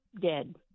dead